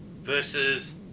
versus